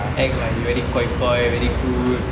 act like very guai guai very good